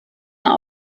mehr